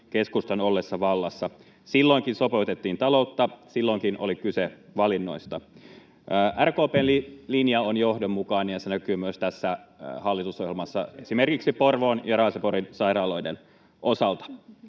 keskustan ollessa vallassa. Silloinkin sopeutettiin taloutta, silloinkin oli kyse valinnoista. RKP:n linja on johdonmukainen, ja se näkyy myös tässä hallitusohjelmassa esimerkiksi Porvoon ja Raaseporin sairaaloiden osalta.